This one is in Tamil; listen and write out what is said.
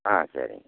ஆ சரிங்க